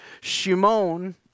Shimon